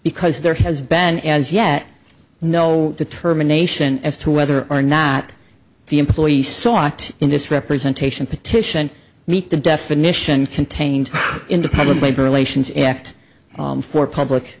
because there has been as yet no determination as to whether or not the employee sought in this representation petition meet the definition contained in the public labor relations act for public